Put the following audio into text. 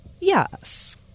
Yes